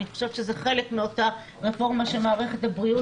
אני חושבת שזה חלק מאותה רפורמה שמערכת הבריאות